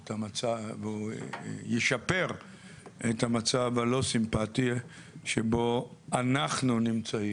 או ישפר את המצב הלא סימפטי שבו אנחנו נמצאים.